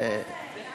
את האגדה